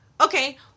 okay